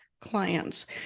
clients